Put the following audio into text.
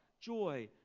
joy